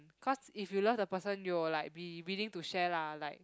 cause if you love the person you will like be willing to share lah like